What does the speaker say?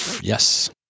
Yes